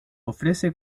ofrece